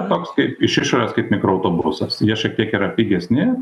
toks kaip iš išorės kaip mikroautobusas jie šiek tiek yra pigesni